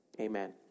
amen